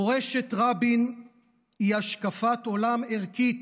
מורשת רבין היא השקפת עולם ערכית,